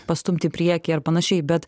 pastumt į priekį ir panašiai bet